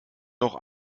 noch